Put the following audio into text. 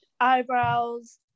eyebrows